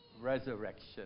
resurrection